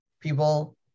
people